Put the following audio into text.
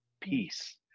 peace